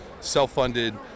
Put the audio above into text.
self-funded